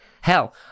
Hell